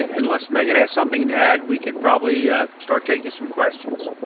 and unless megan has something to add, we can probably start taking some questions